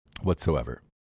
whatsoever